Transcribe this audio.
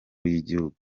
y’igihugu